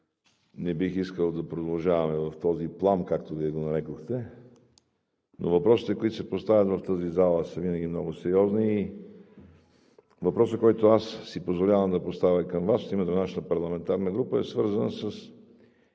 не бих искал да продължаваме в този план, както Вие го нарекохте, но въпросите, които се поставят в тази зала, са винаги много сериозни. Въпросът, който аз си позволявам да поставя и към Вас от името на нашата парламентарна група, е свързан с